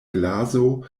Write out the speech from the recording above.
glaso